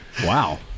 wow